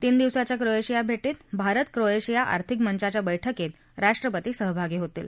तीन दिवसांच्या क्रोएशिया भेटीत भारत क्रोएशिया आर्थिक मंचाच्या बैठकीत राष्ट्रपती सहभागी होतील